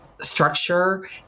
structure